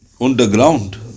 underground